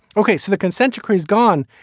okay. so the consent decree is gone.